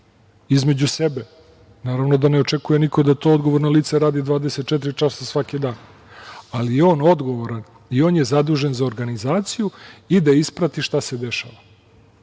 između sebe, naravno da ne očekuje niko da to odgovorno lice radi 24 časa svaki dan, ali je on odgovoran i on je zadužen za organizaciju i da isprati šta se dešava. Mi